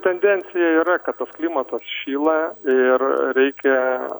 tendencija yra kad tas klimatas šyla ir reikia